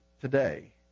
today